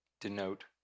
denote